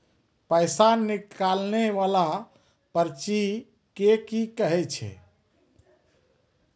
पैसा निकाले वाला पर्ची के की कहै छै?